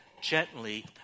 gently